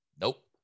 Nope